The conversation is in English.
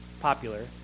popular